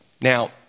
Now